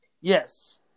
Yes